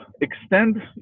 extend